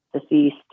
deceased